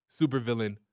supervillain